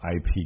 IP